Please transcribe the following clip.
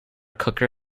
cooker